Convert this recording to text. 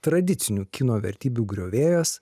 tradicinių kino vertybių griovėjas